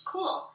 Cool